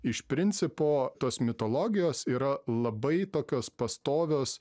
iš principo tos mitologijos yra labai tokios pastovios